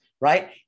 right